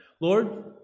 Lord